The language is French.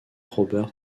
robert